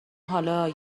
حالا